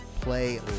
play